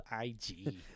IG